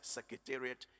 Secretariat